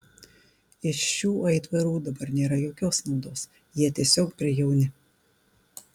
iš šių aitvarų dabar nėra jokios naudos jie tiesiog per jauni